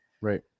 right